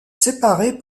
séparer